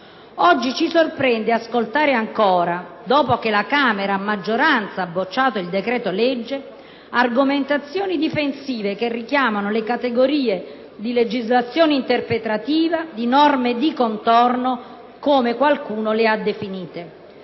Oggi ci sorprende ascoltare ancora, dopo che la Camera a maggioranza ha bocciato il decreto-legge, argomentazioni difensive che richiamano le categorie di legislazione interpretativa, di norme di contorno, come qualcuno le ha definite.